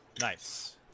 Nice